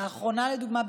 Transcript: לדוגמה,